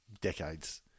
decades